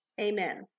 Amen